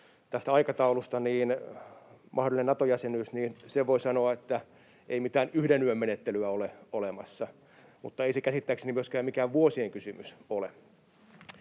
aikaisemmin. Tästä mahdollisen Nato-jäsenyyden aikataulusta voi sen sanoa, että ei mitään yhden yön menettelyä ole olemassa mutta ei se käsittääkseni myöskään mikään vuosien kysymys ole.